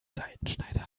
seitenschneider